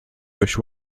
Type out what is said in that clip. dość